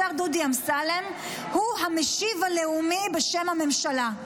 השר דודי אמסלם הוא המשיב הלאומי בשם הממשלה.